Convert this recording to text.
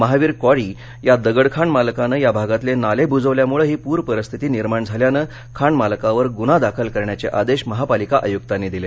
Mahavir quarry या दगडखाण मालकानं या भागातले नाले बुजवल्यामुळे ही पूर परिस्थिती निर्माण झाल्यानं खाण मालकावर गुन्हा दाखल करण्याचे आदेश महापालिका आयुक्तांनी दिले